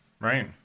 Right